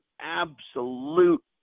absolute